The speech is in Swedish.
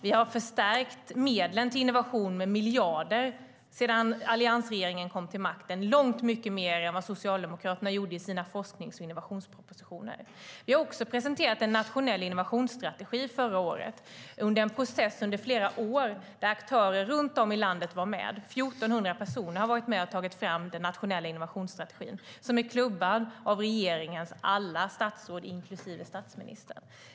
Vi har förstärkt medlen till innovation med miljarder sedan alliansregeringen kom till makten. Det är långt mycket mer än vad Socialdemokraterna gjorde i sina forsknings och innovationspropositioner. Vi presenterade också en nationell innovationsstrategi förra året, i en process under flera år där aktörer runt om i landet var med. 1 400 personer har varit med och tagit fram den nationella innovationsstrategin, som är klubbad av regeringens alla statsråd, inklusive statsministern.